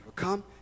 come